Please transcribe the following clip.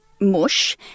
mush